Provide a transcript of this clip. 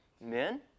men